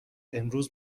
امروز